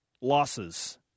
losses